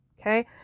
Okay